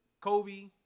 Kobe